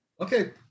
Okay